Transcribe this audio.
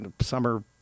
summer